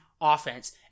offense